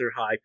high